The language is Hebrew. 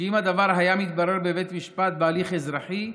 שאם הדבר היה מתברר בבית המשפט בהליך אזרחי,